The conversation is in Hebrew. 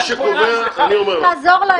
תעזור להם.